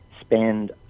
spend